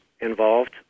involved